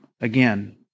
again